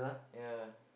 ya